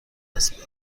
دست